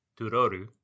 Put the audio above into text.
Turoru